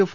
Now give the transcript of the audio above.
F